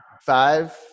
Five